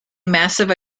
massive